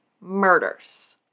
murders